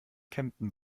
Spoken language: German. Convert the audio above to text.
kempten